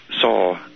saw